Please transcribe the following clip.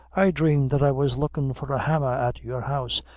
i dreamed that i was lookin' for a hammer at your house,